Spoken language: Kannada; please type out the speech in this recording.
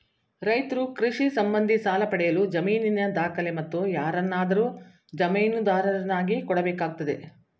ರೈತ್ರು ಕೃಷಿ ಸಂಬಂಧಿ ಸಾಲ ಪಡೆಯಲು ಜಮೀನಿನ ದಾಖಲೆ, ಮತ್ತು ಯಾರನ್ನಾದರೂ ಜಾಮೀನುದಾರರನ್ನಾಗಿ ಕೊಡಬೇಕಾಗ್ತದೆ